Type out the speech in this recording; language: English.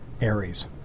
Aries